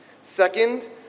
Second